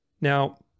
Now